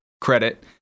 credit